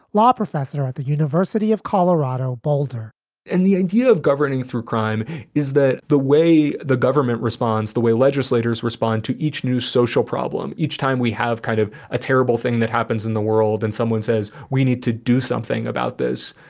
law professor at the university of colorado, boulder and the idea of governing through crime is that the way the government responds, the way legislators respond to each new social problem, each time we have kind of a terrible thing that happens in the world and someone says we need to do something about this,